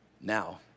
now